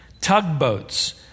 tugboats